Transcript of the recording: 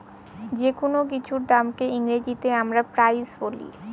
যেকোনো কিছুর দামকে ইংরেজিতে আমরা প্রাইস বলি